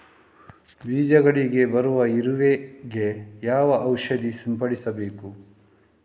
ಬೀಜಗಳಿಗೆ ಬರುವ ಇರುವೆ ಗೆ ಯಾವ ಔಷಧ ಸಿಂಪಡಿಸಬೇಕು?